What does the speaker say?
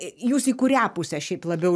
jūs į kurią pusę šiaip labiau